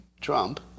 Trump